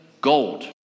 gold